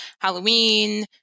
Halloween